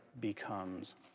becomes